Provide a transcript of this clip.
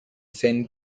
sent